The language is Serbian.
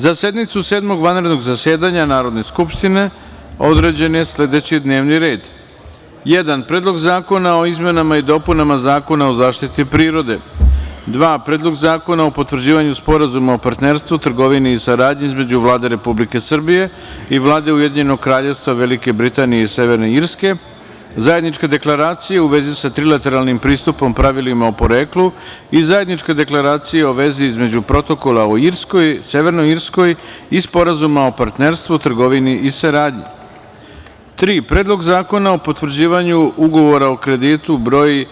Za sednicu Sedmog vanrednog zasedanja Narodne skupštine određen je sledeći D n e v n i r e d: Predlog zakona o izmenama i dopunama Zakona o zaštiti prirode, Predlog zakona o potvrđivanju Sporazuma o partnerstvu, trgovini i saradnji između Vlade Republike Srbije i Vlade Ujedinjenog Kraljevstva Velike Britanije i Severne Irske, Zajedničke deklaracije u vezi sa trilateralnim pristupom pravilima o poreklu i Zajedničke deklaracije o vezi između Protokola o Irskoj/Severnoj Irskoj i Sporazuma o partnerstvu, trgovini i saradnji, Predlog zakona o potvrđivanju Ugovora o kreditu br.